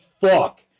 fuck